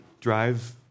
drive